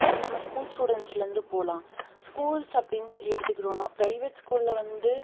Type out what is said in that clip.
அது நம்ம ஸ்கூல் ஸ்டூடண்ட்ஸ்லிருந்து போகலாம் ஸ்கூல்ஸ் அப்படினு சொல்லி எடுத்துகிட்டோம்னால் பிரைவேட் ஸ்கூலில் வந்து